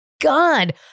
God